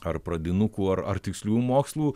ar pradinukų ar ar tiksliųjų mokslų